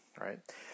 right